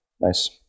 Nice